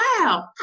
wow